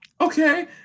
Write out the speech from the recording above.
Okay